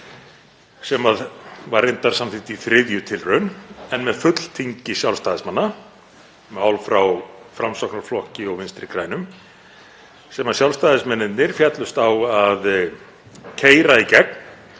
Það var reyndar samþykkt í þriðju tilraun en með fulltingi Sjálfstæðismanna, mál frá Framsóknarflokki og Vinstri grænum sem Sjálfstæðismennirnir féllust á að keyra í gegn